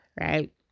right